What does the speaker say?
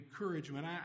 encouragement